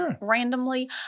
randomly